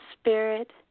spirit